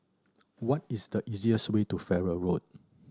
what is the easiest way to Farrer Road